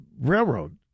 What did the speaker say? railroad